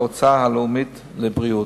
ההוצאה הלאומית לבריאות.